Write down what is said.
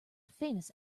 famous